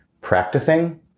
practicing